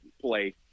play